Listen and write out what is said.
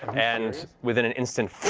and within an instant